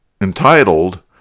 entitled